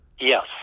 Yes